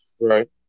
right